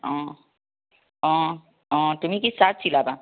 অঁ অঁ অঁ তুমি কি চাৰ্ট চিলাবা